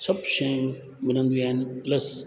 सभु शयूं मिलंदियूं आहिनि प्लस